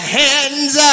hands